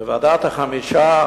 ועדת החמישה,